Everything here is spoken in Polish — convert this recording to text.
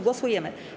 Głosujemy.